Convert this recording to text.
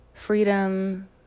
Freedom